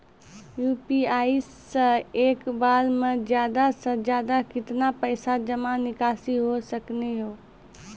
UPI से एक बार मे ज्यादा से ज्यादा केतना पैसा जमा निकासी हो सकनी हो?